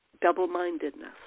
double-mindedness